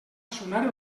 sonar